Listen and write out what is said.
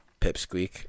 pipsqueak